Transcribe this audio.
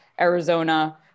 Arizona